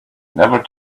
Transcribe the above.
never